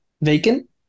Vacant